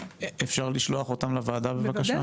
אפשר לשלוח אותם לוועדה בבקשה?